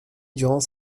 durant